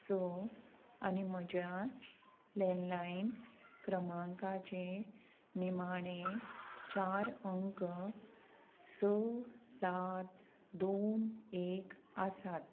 स आनी म्हज्या लॅंडलायन क्रमांकाचे निमाणे चार अंक स सात दोन एक आसात